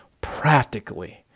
practically